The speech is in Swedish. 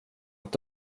att